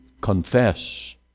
confess